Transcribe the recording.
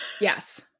Yes